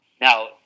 Now